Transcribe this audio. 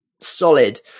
solid